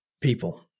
people